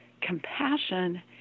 compassion